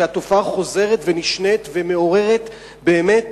והתופעה חוזרת ונשנית ומעוררת באמת